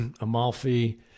Amalfi